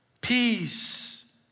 Peace